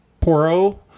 Poro